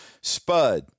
Spud